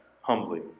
humbly